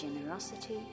generosity